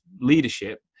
leadership